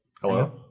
Hello